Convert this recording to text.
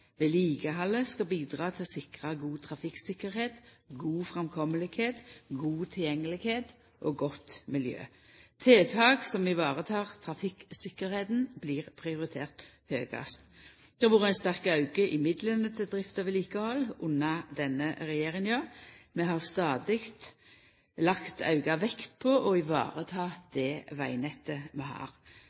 vedlikehaldet skal bidra til å sikra god trafikktryggleik, god framkomst, god tilgjengelegheit og godt miljø. Tiltak som varetek trafikktryggleiken, blir prioritert høgast. Det har vore ein sterk auke i midlane til drift og vedlikehald under denne regjeringa. Vi har stadig lagt auka vekt på å vareta det vegnettet vi har.